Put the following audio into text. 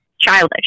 childish